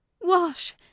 wash